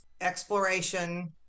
exploration